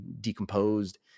decomposed